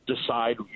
decide